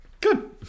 Good